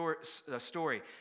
story